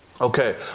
Okay